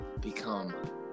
become